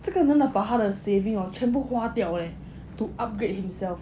这个 learn about 他的 saving hor 全部花掉 leh to upgrade himself